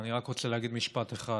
אני רק רוצה להגיד משפט אחד: